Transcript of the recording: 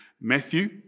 Matthew